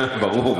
זה היה, כן, ברור.